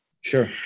Sure